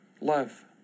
love